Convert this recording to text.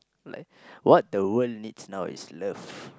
like what the world needs now is love